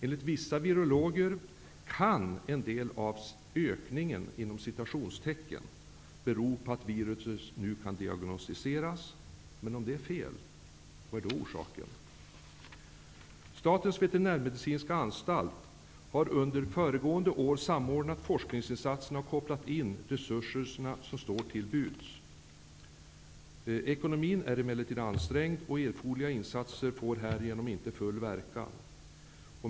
Enligt vissa virologer kan en del av ''ökningen'' bero på att viruset nu kan diagnosticeras. Men om det är fel -- vad är då orsaken? Statens veterinärmedicinska anstalt har under föregående år samordnat forskningsinsatserna och kopplat in de resurser som står till buds. Ekonomin är emellertid ansträngd, och erforderliga insatser får härigenom inte full verkan.